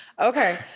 Okay